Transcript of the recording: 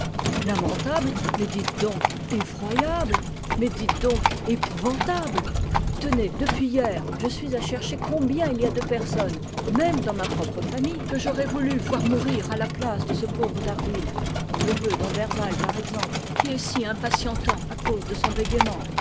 lamentable lamentable mais dites donc effroyable mais dites donc épouvantable tenez depuis hier je suis à chercher combien il y a de personnes même dans ma propre famille que j'aurais voulu voir mourir à la place de ce pauvre d'harville mon neveu d'emberval par exemple qui est si impatientant à cause de son bégaiement